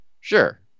sure